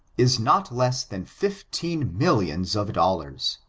is not less than fifteen millions of dollars.